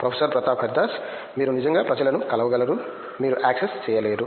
professor Pratap Haridas మీరు నిజంగా ప్రజలను కలవగలరు మీరు యాక్సెస్ చేయలేరు